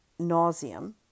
nauseum